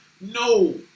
No